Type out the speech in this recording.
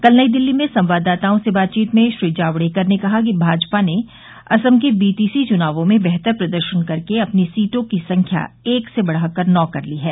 कल नई दिल्ली में संवाददाताओं से बातचीत में श्री जावडेकर ने कहा कि भाजपा ने असम के बीटीसी चुनावों में बेहतर प्रदर्शन कर अपनी सीटों की संख्या एक से बढाकर नौ कर ली है